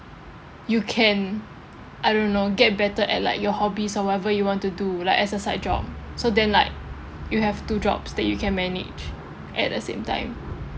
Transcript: you can I don't know get better at like your hobbies or whatever you want to do like as a side job so then like you have two jobs that you can manage at the same time